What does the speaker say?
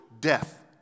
death